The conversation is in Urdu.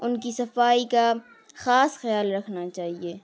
ان کی صفائی کا خاص خیال رکھنا چاہیے